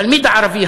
התלמיד הערבי,